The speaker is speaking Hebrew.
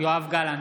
יואב גלנט,